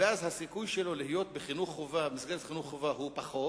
הסיכוי שלו להיות במסגרת חינוך חובה הוא נמוך יותר.